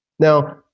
Now